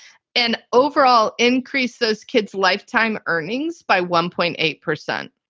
an overall increase those kids lifetime earnings by. one point eight percent,